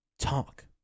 talk